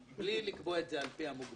בלי לקבוע את זה על פי המוגבלות,